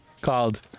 called